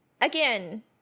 Again